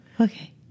okay